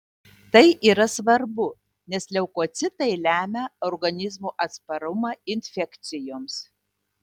tai yra svarbu nes leukocitai lemia organizmo atsparumą infekcijoms